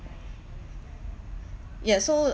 ya so